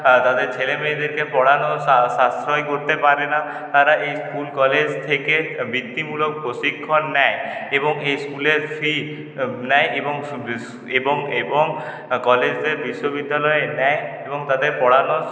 যাদের ছেলেমেয়েদেরকে পড়ানোর সাশ্রয় করতে পারে না তারা এই স্কুল কলেজ থেকে বিত্তিমূলক প্রশিক্ষণ নেয় এবং এই স্কুলের ফি নেয় এবং এবং এবং কলেজদের বিশ্ববিদ্যালয় নেয় এবং তাদের পড়ানো